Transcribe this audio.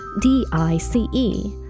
D-I-C-E